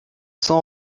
son